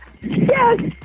Yes